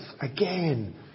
again